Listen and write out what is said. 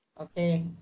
Okay